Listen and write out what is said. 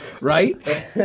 Right